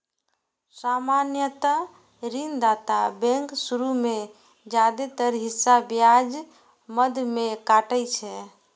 सामान्यतः ऋणदाता बैंक शुरू मे जादेतर हिस्सा ब्याज मद मे काटै छै